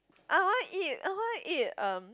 I want eat I want eat um